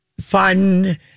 fun